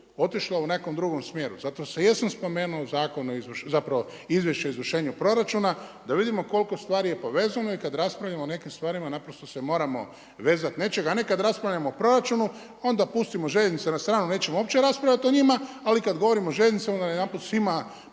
otišla u nekom drugom smjeru. Zato se jesam spomenuo zakona o, zapravo Izvješća o izvršenju proračuna da vidimo koliko stvari je povezano i kada raspravljamo o nekim stvarima naprosto se moramo vezati nečega a ne kada raspravljamo o proračunu onda pustimo željeznice na stranu nećemo uopće raspravljati o njima ali kada govorimo o željeznicama onda najedanput svima